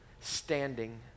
standing